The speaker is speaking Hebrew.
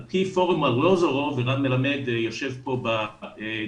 על פי פורום ארלוזורוב, ורן מלמד יושב פה בדיון,